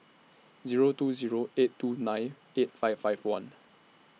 Zero two Zero eight two nine eight five five one